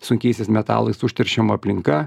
sunkiaisiais metalais užteršiama aplinka